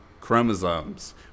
chromosomes